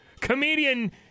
Comedian